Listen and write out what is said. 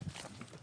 להיפך.